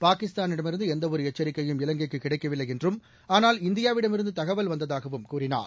பாகிஸ்தானிடமிருந்து எந்தவொரு எச்சரிக்கையும் இலங்கைக்கு கிடைக்கவில்லை என்றும் ஆனால் இந்தியாவிடமிருந்து தகவல் வந்ததாகவும் கூறினார்